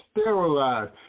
sterilized